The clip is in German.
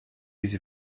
diese